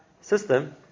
system